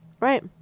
Right